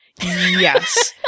yes